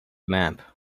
map